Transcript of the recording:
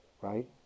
right